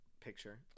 picture